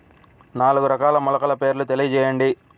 నాలుగు రకాల మొలకల పేర్లు తెలియజేయండి?